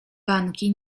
banki